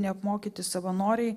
neapmokyti savanoriai